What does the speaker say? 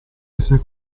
essere